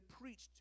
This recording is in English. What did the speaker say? preached